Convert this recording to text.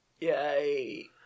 Yay